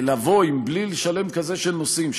לבוא עם בליל שלם כזה של נושאים,